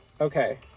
Okay